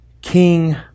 king